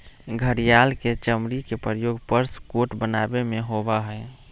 घड़ियाल के चमड़ी के प्रयोग पर्स कोट बनावे में होबा हई